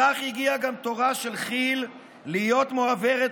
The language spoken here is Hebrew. כך הגיע גם תורה של כי"ל להיות מועברת